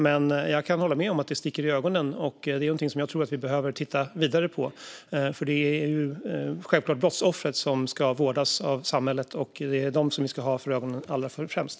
Jag kan dock hålla med om att det sticker i ögonen, och det är någonting som jag tror att vi behöver titta vidare på. Det är självklart brottsoffren som ska vårdas av samhället, och det är dem vi ska ha för ögonen allra främst.